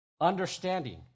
Understanding